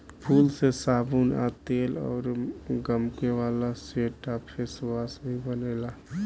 फूल से साबुन आ तेल अउर गमके वाला सेंट आ फेसवाश भी बनेला